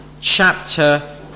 Chapter